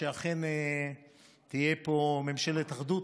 שאכן תהיה פה ממשלת אחדות,